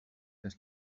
les